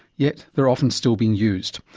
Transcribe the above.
yet they are often still being used.